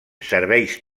serveis